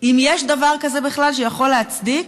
אם יש דבר כזה בכלל שיכול להצדיק,